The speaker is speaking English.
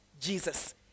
Jesus